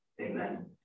Amen